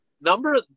number –